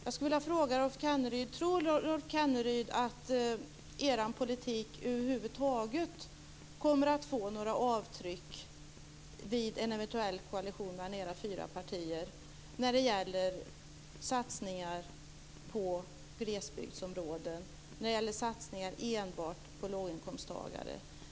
Jag skulle vilja fråga: Tror Rolf Kenneryd att er politik över huvud taget kommer att få några avtryck vid en eventuell koalition mellan era fyra partier när det gäller satsningar på glesbygdsområden och när det gäller satsningar enbart på låginkomsttagare?